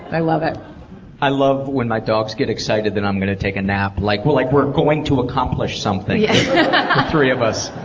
i love it i love when my dogs get excited that i'm going to take a nap. like, we're like we're going to accomplish something! the yeah three of us.